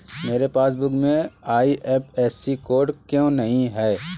मेरे पासबुक में IFSC code क्यो नहीं है?